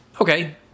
okay